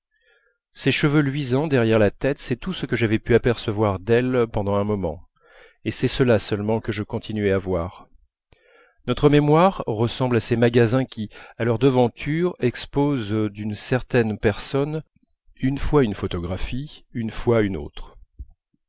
ces cheveux luisants derrière la tête c'est tout ce que j'avais pu apercevoir d'elle pendant un moment et c'est cela seulement que je continuais à voir notre mémoire ressemble à ces magasins qui à leurs devantures exposent d'une certaine personne une fois une photographie une fois une autre